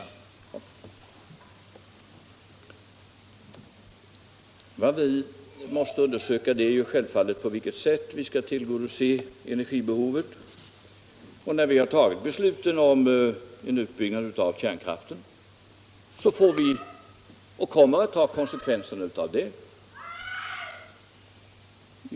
Vad vi måste undersöka är naturligtvis på vilket sätt vi kan tillgodose energibehovet. När vi nu har tagit beslutet om en utbyggnad av kärnkraften kommer vi att ta konsekvenserna av det .